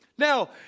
Now